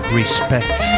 respect